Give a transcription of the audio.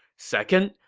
second,